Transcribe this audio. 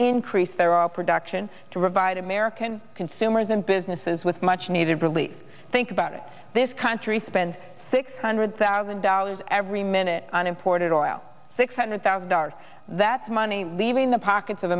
increase their oil production to revive american consumers and businesses with much needed relief think about it this country spends six hundred thousand dollars every minute on imported oil six hundred thousand dollars that's money leaving the pockets of